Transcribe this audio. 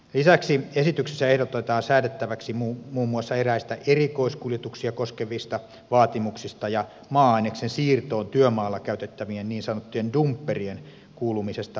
lisäksi esityksessä ehdotetaan säädettäväksi muun muassa eräistä erikoiskuljetuksia koskevista vaatimuksista ja maa aineksen siirtoon työmaalla käytettävien niin sanottujen dumpperien kuulumisesta moottorityökoneluokkaan